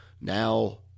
Now